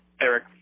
Eric